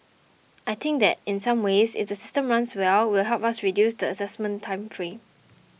I think that in some ways if the system runs well will help us reduce the assessment time frame